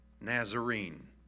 Nazarene